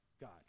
God